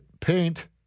paint